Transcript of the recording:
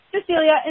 Cecilia